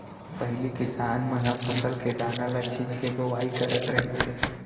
पहिली किसान मन ह फसल के दाना ल छिंच के बोवाई करत रहिस हे